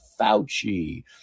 fauci